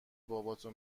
باباتو